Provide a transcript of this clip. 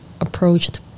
approached